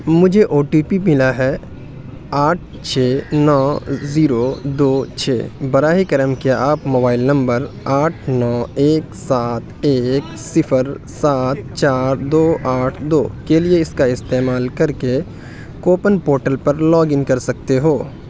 مجھے O T P ملا ہے آٹھ چھ نو زیرو دو چھ براہ کرم کیا آپ موبائل نمبر آٹھ نو ایک سات ایک صفر سات چار دو آٹھ دو کے لیے اس کا استعمال کر کے کوپن پورٹل پر لاگ ان کر سکتے ہو